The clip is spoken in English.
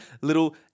little